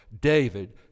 David